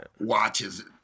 Watches